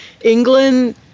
England